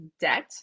debt